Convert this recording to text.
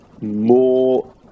more